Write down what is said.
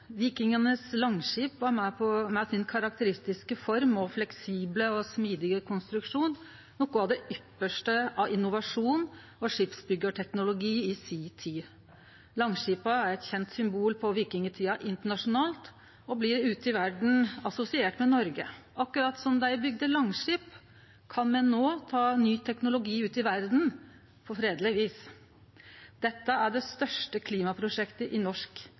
langskip var med si karakteristiske form og fleksible og smidige konstruksjon noko av det ypparste av innovasjon og skipsbyggjarteknologi i si tid. Langskipet er eit kjent symbol på vikingtida internasjonalt og blir ute i verda assosiert med Noreg. Akkurat som dei bygde langskip, kan me no ta ny teknologi ut i verda på fredeleg vis. Dette er det største klimaprosjektet i norsk